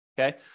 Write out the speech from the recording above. okay